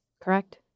correct